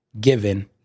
given